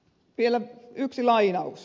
vielä yksi lainaus